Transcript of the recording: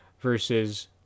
versus